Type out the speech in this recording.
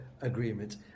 agreement